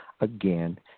again